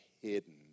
hidden